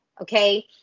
Okay